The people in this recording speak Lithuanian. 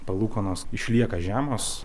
palūkanos išlieka žemos